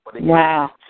Wow